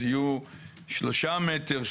אז יהיו שלושה מטר,